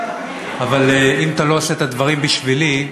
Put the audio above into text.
אבל אם אתה לא עושה את הדברים בשבילי,